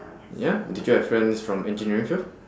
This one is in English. ya did you have friends from engineering field